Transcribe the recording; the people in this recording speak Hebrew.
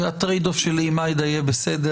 הטרייד אוף שלי עם עאידה יהיה בסדר.